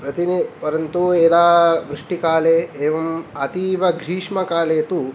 परन्तु यदा वृष्टिकाले एवम् अतीव ग्रीष्मकाले तु